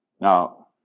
Now